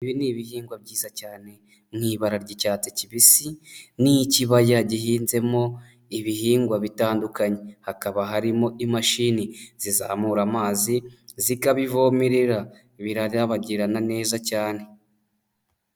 Ibi ni ibihingwa byiza cyane mu ibara ry'icyatsi kibisi, ni ikibaya gihinzemo ibihingwa bitandukanye hakaba harimo imashini zizamura amazi zikabivomerera, birarabagirana neza cyane.